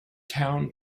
town